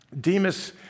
Demas